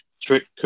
Trick